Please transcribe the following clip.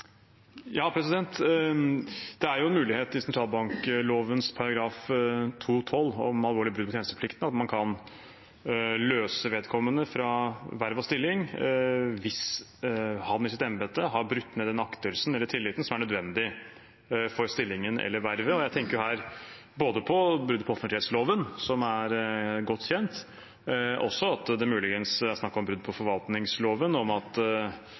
sitt embete har brutt ned den aktelsen eller tilliten som er nødvendig for stillingen eller vervet. Jeg tenker her både på brudd på offentlighetsloven, som er godt kjent, og også at det muligens er snakk om brudd på forvaltningsloven om at